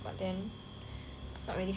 it's not really helping